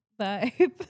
vibe